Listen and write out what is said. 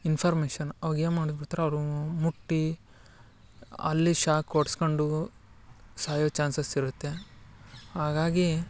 information ಅವಾಗ ಏನು ಮಾಡ್ಬಿಡ್ತಾರೆ ಅವರು ಮುಟ್ಟಿ ಅಲ್ಲಿ ಶಾಕ್ ಹೊಡ್ಸ್ಕಂಡು ಸಾಯೋ ಚಾನ್ಸಸ್ ಇರುತ್ತೆ ಹಾಗಾಗಿ